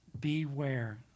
Beware